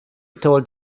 told